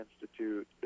institute